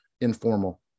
informal